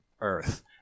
Earth